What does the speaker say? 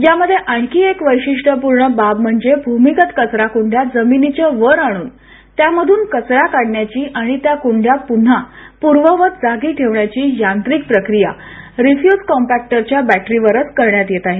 यामध्ये आणखी एक वैशिष्ट्यपूर्ण बाब म्हणजे भूमीगत कचराकूंड्या जमिनीच्या वर आणून त्यामधून कचरा काढण्याची व त्या कुंड्या पुन्हा पूर्ववत जागी ठेवण्याची यांत्रिक प्रक्रिया रिफ्युज कॉम्पॅक्टरच्या बॅटरीवरच करण्यात येत आहे